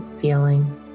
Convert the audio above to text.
feeling